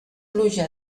pluja